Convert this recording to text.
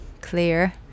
clear